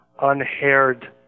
unhaired